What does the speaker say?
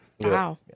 Wow